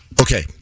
Okay